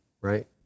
right